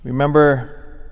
Remember